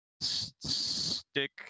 stick